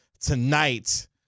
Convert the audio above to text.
tonight